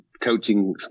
coaching